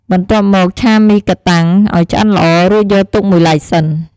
បន្ទាប់មក ឆាមីកាតាំងឱ្យឆ្អិនល្អ រួចយកទុកមួយឡែកសិន។